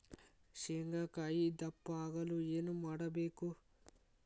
ಶೇಂಗಾಕಾಯಿ ದಪ್ಪ ಆಗಲು ಏನು ಮಾಡಬೇಕು?